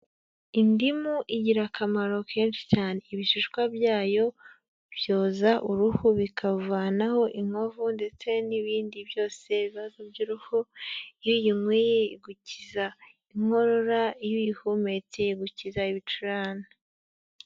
Indimu igira akamaro kenshi cyane, ibishishwa byayo byoza uruhu bikavanaho inkovu ndetse n'ibindi byose, ibibazo by'uruhu, iyo uyinyweye igukiza inkorora, iyo uyihumetse igukiza ibicurane.